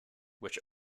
which